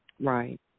right